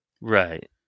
Right